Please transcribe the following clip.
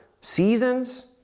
seasons